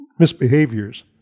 misbehaviors